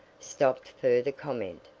stopped further comment.